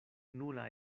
nula